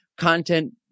content